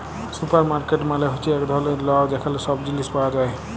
supermarket মালে হ্যচ্যে এক ধরলের ল যেখালে সব জিলিস পাওয়া যায়